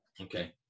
Okay